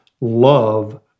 love